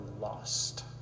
lost